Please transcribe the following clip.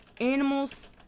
animals